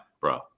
bro